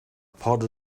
pod